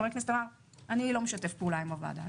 וחבר הכנסת אמר שהוא לא משתף פעולה עם הוועדה.